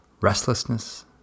restlessness